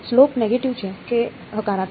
slope negative છે કે હકારાત્મક